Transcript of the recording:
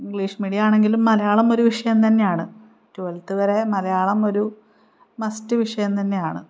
English medium ആണെങ്കിലും മലയാളം ഒരു വിഷയം തന്നെയാണ് ട്വൽത്ത് വരെ മലയാളം ഒരു മസ്റ്റ് വിഷയം തന്നെയാണ്